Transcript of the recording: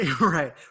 Right